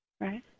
Right